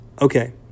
Okay